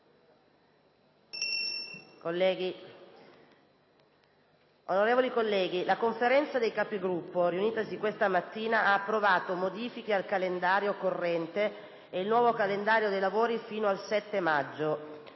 Onorevoli colleghi, la Conferenza dei Capigruppo, riunitasi questa mattina, ha approvato modifiche al calendario corrente e il nuovo calendario dei lavori fino al 7 maggio.